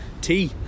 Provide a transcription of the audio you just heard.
tea